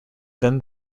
then